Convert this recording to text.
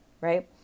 right